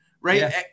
Right